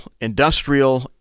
industrial